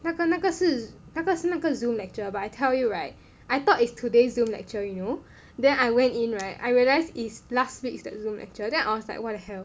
那个那个是那个是那个 Zoom lecture but I tell you right I thought is today's Zoom lecture you know then I went in right I realise is last week's the Zoom lecture then I was like what the hell